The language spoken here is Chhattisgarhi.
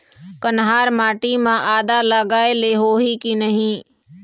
कन्हार माटी म आदा लगाए ले होही की नहीं?